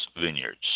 Vineyards